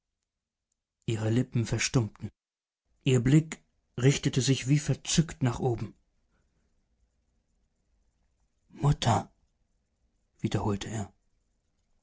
ihre lippen verstummten ihr blick richtete sich wie verzückt nach oben mutter wiederholte er